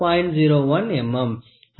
5 1